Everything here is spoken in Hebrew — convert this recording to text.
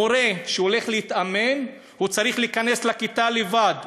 המורה שהולך להתאמן צריך להיכנס לכיתה לבד.